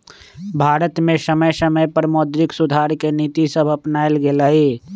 भारत में समय समय पर मौद्रिक सुधार के नीतिसभ अपानाएल गेलइ